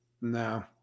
No